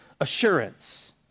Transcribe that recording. assurance